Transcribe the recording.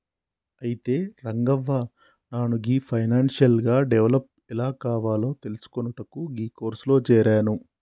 అయితే రంగవ్వ నాను గీ ఫైనాన్షియల్ గా డెవలప్ ఎలా కావాలో తెలిసికొనుటకు గీ కోర్సులో జేరాను